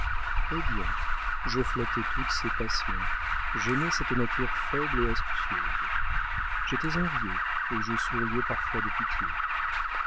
eh bien je flattais toutes ses passions j'aimais cette nature faible et astucieuse j'étais enviée et je souriais parfois de pitié